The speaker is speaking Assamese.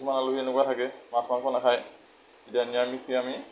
কিছুমান আলহী এনেকুৱা থাকে মাছ মাংস নাখায় তেতিয়া নিৰামিষেই আমি